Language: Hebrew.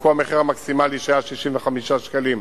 במקום המחיר המקסימלי, שהיה 65 שקלים,